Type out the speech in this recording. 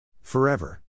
Forever